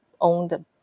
owned